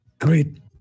great